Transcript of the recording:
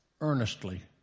earnestly